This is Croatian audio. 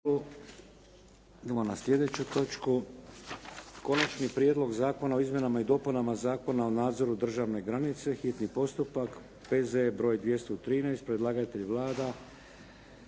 Idemo na sljedeću točku - Konačni prijedlog zakona o izmjenama i dopunama Zakona o nadzoru državne granice, hitni postupak, prvo i drugo čitanje,